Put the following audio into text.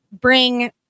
bring